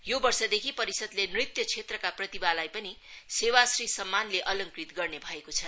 यो वर्षदेखि परिषहले नृत्य क्षेत्रका प्रतिभालाई पनि सेवाक्षी सम्मानले अलंकृत गर्ने भएको छ